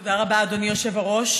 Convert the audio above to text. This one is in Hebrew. תודה רבה, אדוני היושב-ראש.